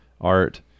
art